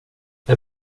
jag